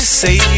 say